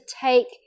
take